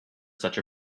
such